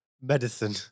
medicine